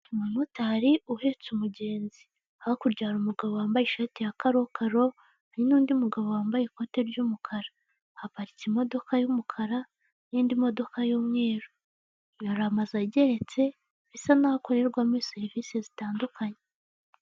Umumotari uhetse umugenzi, hakurya hari umugabo wambaye ishati ya karokaro hari n'undi mugabo wambaye ikoti ry'umukara, haparitse imodoka y'umukara n'indi modoka y'umweru hari amazu ageretse bisa n'aho akorerwa mo serivisi zitandukanye.